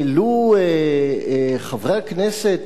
לו חברי הכנסת